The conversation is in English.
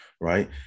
Right